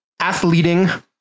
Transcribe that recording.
Athleting